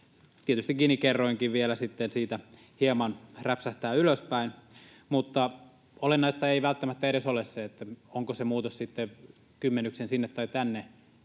tietysti Gini-kerroinkin vielä sitten siitä hieman räpsähtää ylöspäin. Mutta olennaista ei välttämättä edes ole se, onko se muutos sitten kymmenyksen sinne tai tänne,